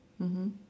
mmhmm